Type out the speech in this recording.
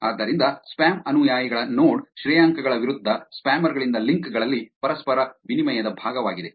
ಆದ್ದರಿಂದ ಸ್ಪ್ಯಾಮ್ ಅನುಯಾಯಿಗಳ ನೋಡ್ ಶ್ರೇಯಾಂಕಗಳ ವಿರುದ್ಧ ಸ್ಪ್ಯಾಮರ್ ಗಳಿಂದ ಲಿಂಕ್ ಗಳಲ್ಲಿ ಪರಸ್ಪರ ವಿನಿಮಯದ ಭಾಗವಾಗಿದೆ